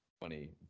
Funny